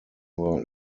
nur